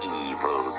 evil